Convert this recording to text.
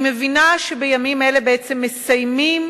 אני מבינה שבימים אלה, בעצם, מסיימים